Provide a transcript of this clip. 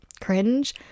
cringe